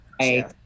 I-